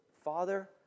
Father